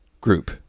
group